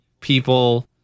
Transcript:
people